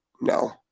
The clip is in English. no